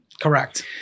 Correct